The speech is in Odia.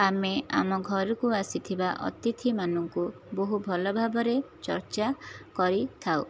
ଆମେ ଆମ ଘରକୁ ଆସିଥିବା ଅତିଥିମାନଙ୍କୁ ବହୁ ଭଲଭାବରେ ଚର୍ଚ୍ଚା କରିଥାଉ